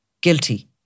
guilty